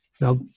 Now